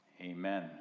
Amen